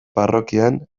parrokian